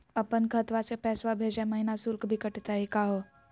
अपन खतवा से पैसवा भेजै महिना शुल्क भी कटतही का हो?